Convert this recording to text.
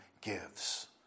gives